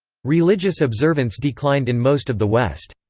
religious observance declined in most of the west.